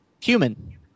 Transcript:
human